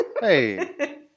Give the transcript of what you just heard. Hey